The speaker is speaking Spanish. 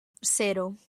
cero